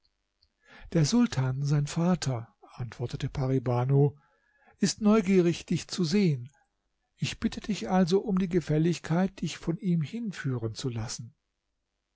der sultan sein vater antwortete pari banu ist neugierig dich zu sehen ich bitte dich also um die gefälligkeit dich von ihm hinführen zu lassen